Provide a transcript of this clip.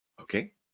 okay